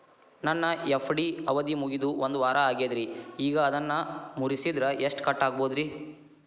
ನನ್ನ ಎಫ್.ಡಿ ಅವಧಿ ಮುಗಿದು ಒಂದವಾರ ಆಗೇದ್ರಿ ಈಗ ಅದನ್ನ ಮುರಿಸಿದ್ರ ಎಷ್ಟ ಕಟ್ ಆಗ್ಬೋದ್ರಿ?